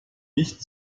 nicht